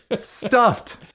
Stuffed